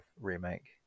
remake